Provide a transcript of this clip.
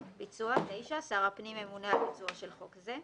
ביצוע, 9. שר הפנים ימונה על ביצועו של חוק זה.